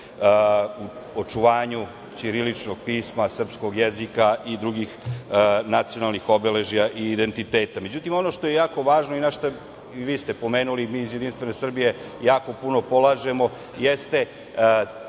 u očuvanju ćiriličnog pisma, srpskog jezika i drugih nacionalnih obeležja i identiteta.Međutim, ono što je jako važno i ono što ste i vi pomenuli, mi iz Jedinstvene Srbije jako puno polažemo, jeste